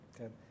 Okay